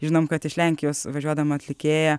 žinom kad iš lenkijos važiuodama atlikėja